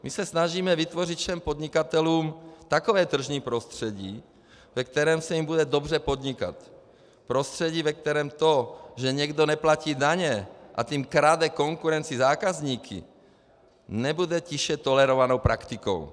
My se snažíme vytvořit všem podnikatelům takové tržní prostředí, ve kterém se jim bude dobře podnikat, prostředí, ve kterém to, že někdo neplatí daně, a tím krade konkurenci zákazníky, nebude tiše tolerovanou praktikou.